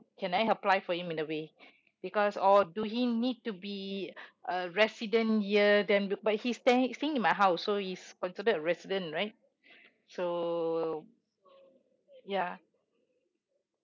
can I help apply for him in a way because all do he need to be a resident here then but he's staying staying in my house so he's considered a resident right so ya